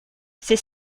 c’est